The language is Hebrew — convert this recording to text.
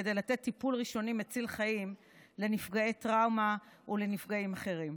כדי לתת טיפול ראשוני מציל חיים לנפגעי טראומה ולנפגעים אחרים.